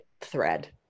thread